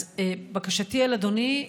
בקשתי לאדוני: